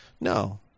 No